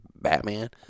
Batman